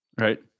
Right